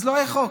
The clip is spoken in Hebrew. אז לא היה חוק.